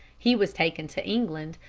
he was taken to england,